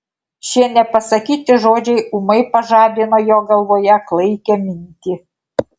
šie nepasakyti žodžiai ūmai pažadino jo galvoje klaikią mintį